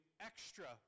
extra